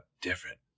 different